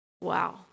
Wow